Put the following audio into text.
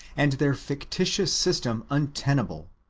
and their fictitious system untenable,